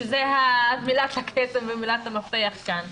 שזה מילת הקסם ומילת המפתח כאן,